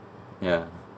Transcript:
ya